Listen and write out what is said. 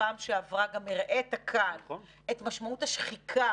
ובפעם שעברה גם הראית כאן את משמעות השחיקה